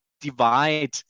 divide